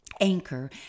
anchor